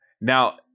Now